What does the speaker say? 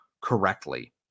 Correctly